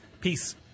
peace